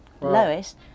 lowest